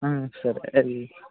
సరే అవి